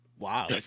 Wow